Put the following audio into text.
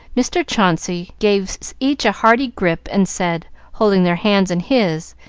mr. chauncey gave each a hearty grip, and said, holding their hands in his,